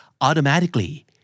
automatically